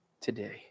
today